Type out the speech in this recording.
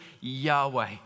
Yahweh